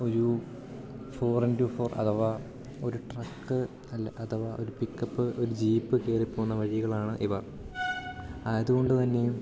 ഒരു four into four അഥവാ ഒരു ട്രക്ക് അല്ലെങ്കിൽ അഥവാ ഒരു പിക്കപ്പ് ഒരു ജീപ്പ് കയറി പോവുന്ന വഴികളാണ് ഇവ ആ അതുകൊണ്ട് തന്നെയും